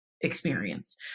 experience